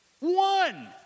One